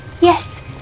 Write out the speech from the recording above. Yes